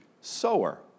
sower